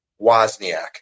Wozniak